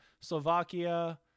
Slovakia